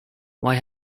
why